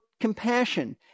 compassion